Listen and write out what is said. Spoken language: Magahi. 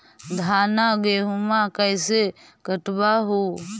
धाना, गेहुमा कैसे कटबा हू?